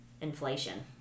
inflation